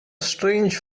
strange